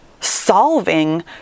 solving